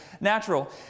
natural